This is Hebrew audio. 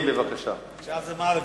עכשיו זה הממשלתית.